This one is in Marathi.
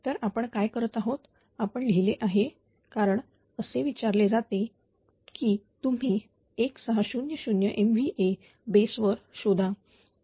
तर आपण काय करत आहोत आपण लिहिले आहे कारण असे विचारले जाते की तुम्ही 1600 MVA बेस् वर शोधा